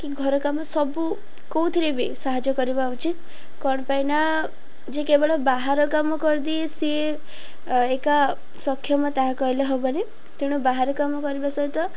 କି ଘର କାମ ସବୁ କେଉଁଥିରେ ବି ସାହାଯ୍ୟ କରିବା ଉଚିତ କ'ଣ ପାଇଁ ନା ଯେ କେବଳ ବାହାର କାମ କରିଦିଏ ସିଏ ଏକା ସକ୍ଷମ ତାହା କହିଲେ ହବନି ତେଣୁ ବାହାର କାମ କରିବା ସହିତ